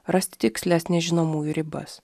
rasti tikslias nežinomųjų ribas